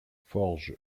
forge